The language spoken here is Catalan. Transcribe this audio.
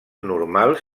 normals